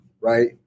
Right